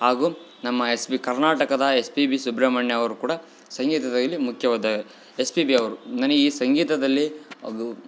ಆಗು ನಮ್ಮ S B ಕರ್ನಾಟಕದ ಎಸ್ ಪಿ ಬಿ ಸುಬ್ರಹ್ಮಣ್ಯ ಅವರು ಕೂಡ ಸಂಗೀತದಲ್ಲಿ ಮುಖ್ಯವಾದ ಎಸ್ ಪಿ ಬಿ ಅವರು ನನಗೆ ಸಂಗೀತದಲ್ಲಿ ಅದು